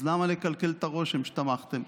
אז למה לקלקל את הרושם שתמכתם?